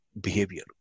behavior